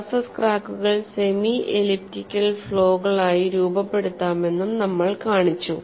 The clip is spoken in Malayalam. സർഫേസ് ക്രാക്കുകൾ സെമി എലിപ്റ്റിക്കൽ ഫ്ലോകളായി രൂപപ്പെടുത്താമെന്നും നമ്മൾ കാണിച്ചു